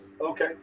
Okay